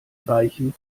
weichen